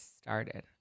started